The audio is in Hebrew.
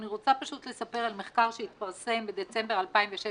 אני רוצה לספר על מחקר שהתפרסם בדצמבר 2016